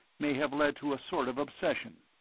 may have led to a sort of obsession.